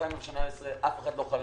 ב-2018 אף אחד לא חלם,